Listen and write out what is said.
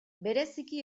bereziki